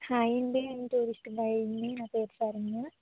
hi అండి నేను tourist గైడ్ని నా పేరు శరణ్య